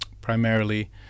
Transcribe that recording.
primarily